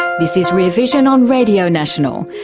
ah this is rear vision on radio national.